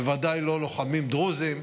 בוודאי לא לוחמים דרוזים,